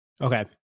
Okay